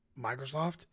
Microsoft